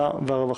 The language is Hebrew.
אגב,